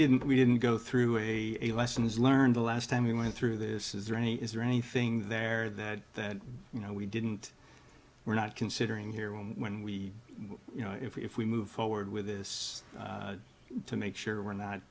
didn't we didn't go through a lessons learned the last time we went through this is there any is there anything there that you know we didn't we're not considering here when we you know if we move forward with this to make sure we're not